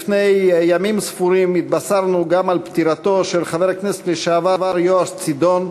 לפני ימים ספורים התבשרנו גם על פטירתו של חבר הכנסת לשעבר יואש צידון,